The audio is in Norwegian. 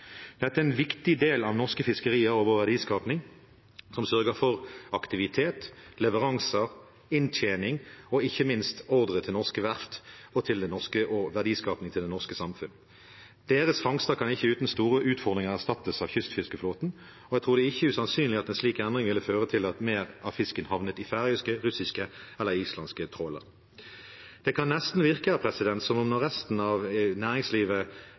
Dette er en viktig del av norske fiskerier og vår verdiskaping, det som sørger for aktivitet, leveranser, inntjening og ikke minst ordrer til norske verft og verdiskaping til det norske samfunn. Deres fangster kan ikke uten store utfordringer erstattes av kystfiskeflåten, og jeg tror ikke det er usannsynlig at en slik endring ville føre til at mer av fisken havnet i færøyske, russiske eller islandske trålere. Det kan nesten virke som at når resten av næringslivet